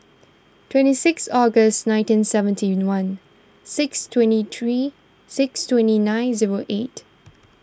twenty six August nineteen seventy one six twenty three twenty nine zero eight